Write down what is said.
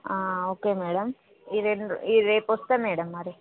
okay madam రేపు వస్తా madam మరి